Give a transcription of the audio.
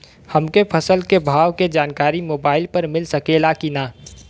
हमके फसल के भाव के जानकारी मोबाइल पर मिल सकेला की ना?